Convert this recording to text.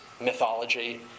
mythology